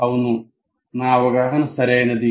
అవును నా అవగాహన సరైనది